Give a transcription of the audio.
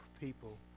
people